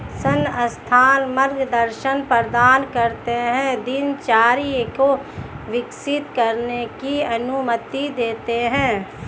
संस्थान मार्गदर्शन प्रदान करते है दिनचर्या को विकसित करने की अनुमति देते है